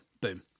boom